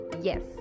Yes